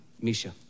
Misha